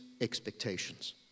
expectations